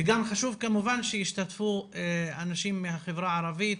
וגם חשוב כמובן שישתתפו אנשים מהחברה הערבית,